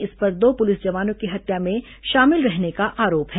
इस पर दो पुलिस जवानों की हत्या में शामिल रहने का आरोप है